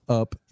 up